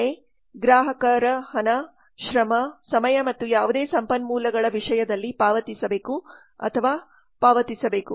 ಬೆಲೆ ಗ್ರಾಹಕರು ಹಣ ಶ್ರಮ ಸಮಯ ಮತ್ತು ಯಾವುದೇ ಸಂಪನ್ಮೂಲಗಳ ವಿಷಯದಲ್ಲಿ ಪಾವತಿಸಬೇಕು ಅಥವಾ ಪಾವತಿಸಬೇಕು